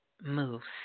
moves